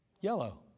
Yellow